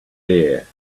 bare